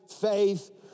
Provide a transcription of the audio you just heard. faith